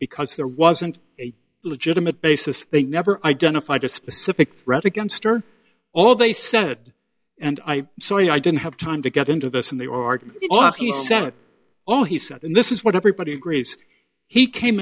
because there wasn't a legitimate basis they never identified a specific threat against or all they said and i sorry i didn't have time to get into this and there are all he said all he said and this is what everybody agrees he came